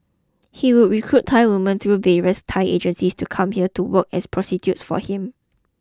he would recruit Thai women through various Thai agents to come here to work as prostitutes for him